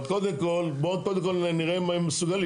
אבל בואו קודם כל נראה מה הם מסוגלים.